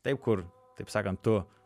taip kur taip sakant tu